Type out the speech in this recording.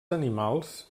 animals